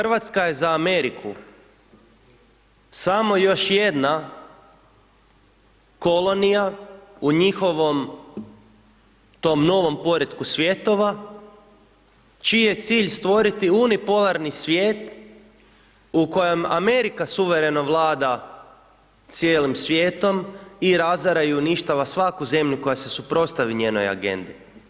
RH je za Ameriku samo još jedna kolonija u njihovom tom novom poretku svjetova čiji je cilj stvoriti unipolarni svijet u kojem Amerika suvereno vlada cijelim svijetom i razara i uništava svaku zemlju koja se suprotstavi njenoj agendi.